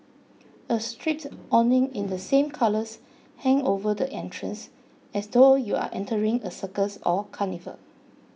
a striped awning in the same colours hang over the entrance as though you are entering a circus or carnival